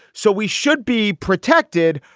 so we should be protected.